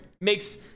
makes